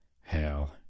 Hell